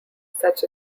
such